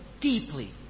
deeply